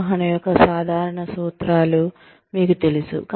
నిర్వహణ యొక్క సాధారణ సూత్రాలు మీకు తెలుసు